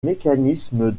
mécanismes